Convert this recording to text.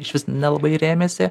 išvis nelabai rėmėsi